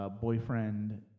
boyfriend